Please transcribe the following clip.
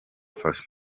faso